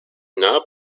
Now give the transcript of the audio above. not